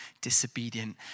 disobedient